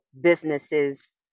businesses